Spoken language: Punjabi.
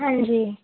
ਹਾਂਜੀ